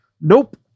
nope